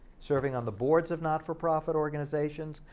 serving on the boards of not-for-profit organizations,